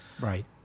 right